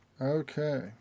Okay